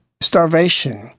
Starvation